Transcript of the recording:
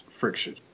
Friction